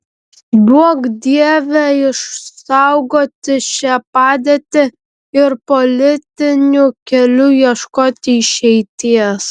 duok dieve išsaugoti šią padėtį ir politiniu keliu ieškoti išeities